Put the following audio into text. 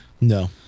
No